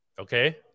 Okay